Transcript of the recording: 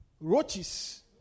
Roaches